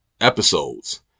episodes